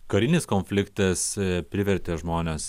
karinis konfliktas privertė žmones